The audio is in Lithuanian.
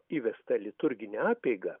įvestą liturginę apeigą